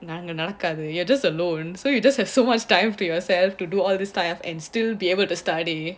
அங்கநடக்காது: avanga natakkadhu just alone so you just have so much time to yourself to do all this stuff and still be able to study